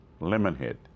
Lemonhead